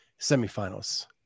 semifinals